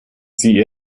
sie